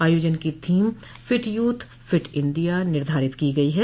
आयोजन की theme fit youth fit India निर्धारित की गई है